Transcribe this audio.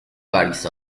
vergisi